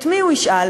את מי הוא ישאל?